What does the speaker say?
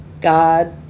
God